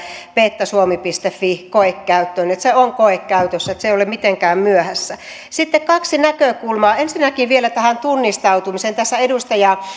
beta suomi fi koekäyttöön se on koekäytössä ei ole mitenkään myöhässä sitten kaksi näkökulmaa ensinnäkin vielä tähän tunnistautumiseen tässä edustaja